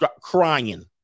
crying